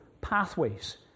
pathways